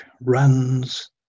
runs